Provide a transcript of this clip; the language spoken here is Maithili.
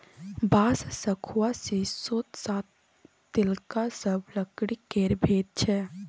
बांस, शखुआ, शीशो आ तिलका सब लकड़ी केर भेद छै